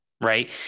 Right